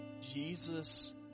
Jesus